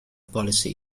policy